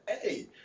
hey